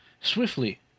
swiftly